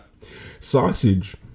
sausage